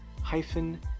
hyphen